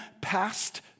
past